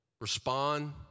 respond